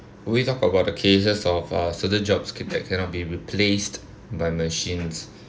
we talk about the cases of uh certain jobs that cannot be replaced by machines